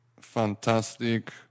fantastic